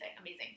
amazing